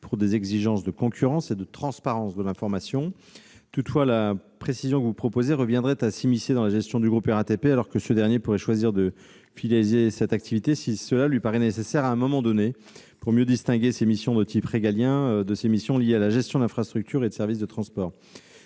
exigences en termes de concurrence et de transparence de l'information. Toutefois, la précision que vous proposez reviendrait à s'immiscer dans la gestion du groupe RATP, alors que ce dernier pourrait choisir de filialiser cette activité si cela lui paraît nécessaire à un moment donné pour mieux distinguer ses missions régaliennes de ses missions de gestionnaire d'infrastructure et d'exploitant de service de transport.